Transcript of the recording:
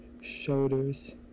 Shoulders